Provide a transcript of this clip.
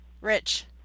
rich